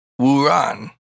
Wuran